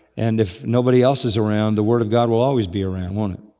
and if nobody else is around, the word of god will always be around, won't